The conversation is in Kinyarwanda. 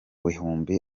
bihumbi